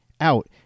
Out